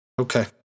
Okay